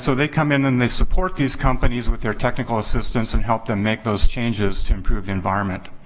so they come in and they support these companies with their technical assistance and help them make those changes to improve the environment.